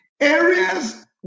areas